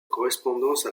correspondance